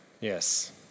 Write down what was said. Yes